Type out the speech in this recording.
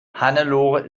hannelore